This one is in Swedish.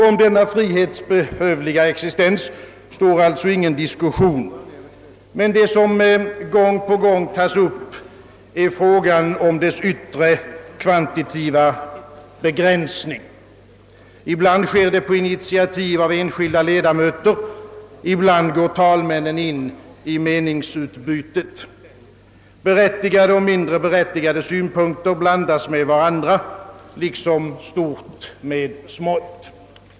Om denna frihets behövliga existens står alltså ingen diskussion, men det som gång på gång tas upp är frågan om dess yttre, kvantitativa begränsning. Ibland sker det på initiativ av enskilda ledamöter, ibland går talmännen in i meningsutbytet. Berättigade och mindre berättigade synpunkter blandas med varandra, liksom stort med smått.